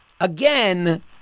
Again